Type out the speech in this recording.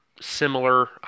similar